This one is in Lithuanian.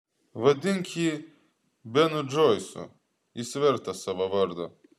vadink jį benu džoisu jis vertas savo vardo